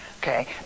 okay